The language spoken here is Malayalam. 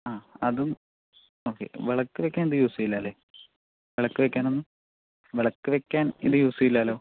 ആ അതും ഓക്കേ വിളക്ക് വയ്ക്കാൻ ഇത് യൂസ് ചെയ്യില്ലാ അല്ലേ വിളക്ക് വയ്ക്കാനൊന്നും വിളക്ക് വയ്ക്കാൻ ഇത് യൂസ് ചെയ്യില്ലല്ലോ